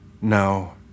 No